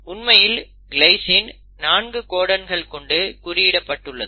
உண்மையில் கிளைஸின் 4 கோடன்கள் கொண்டு குறியிடப்பட்டுள்ளது